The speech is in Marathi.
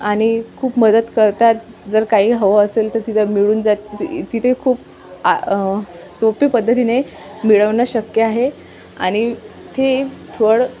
आणि खूप मदत करतात जर काही हवं असेल तर तिथं मिळून जात तिथे खूप आ सोपे पद्धतीने मिळवणं शक्य आहे आणि ते थळ